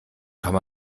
kann